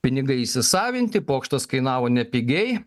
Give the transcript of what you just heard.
pinigai įsisavinti pokštas kainavo nepigiai